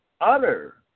utter